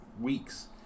weeks